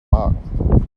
magen